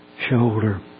shoulder